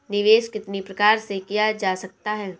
निवेश कितनी प्रकार से किया जा सकता है?